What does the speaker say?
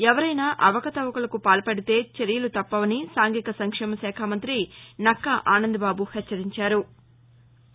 ఎవరైనా అవకతవకలకు పాల్పడితే చర్యలు తప్పవని సాంఘిక సంక్షేమ శాఖ మంఁతి నక్కా ఆనందబాబు హెచ్చరించారు